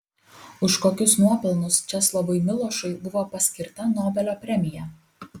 už kokius nuopelnus česlovui milošui buvo paskirta nobelio premija